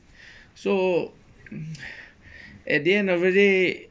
so at the end of the day